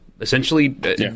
Essentially